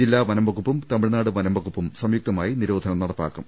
ജില്ലാ വനംവകുപ്പും തമിഴ്നാട് വനംവകുപ്പും സംയുക്തമായി നിരോധനം നടപ്പാക്കും